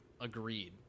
Agreed